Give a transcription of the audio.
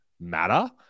matter